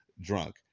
drunk